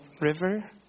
River